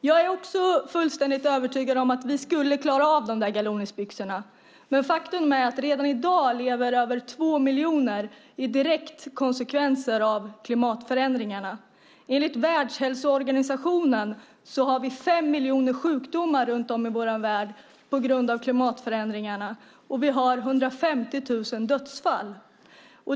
Jag är också fullständigt övertygad om att vi skulle klara av galonbyxorna, men faktum är att redan i dag lever över två miljoner människor i direkta konsekvenser av klimatförändringarna. Enligt Världshälsoorganisationen har vi fem miljoner sjukdomar runt om i vår värld på grund av klimatförändringarna. Vi har 150 000 dödsfall.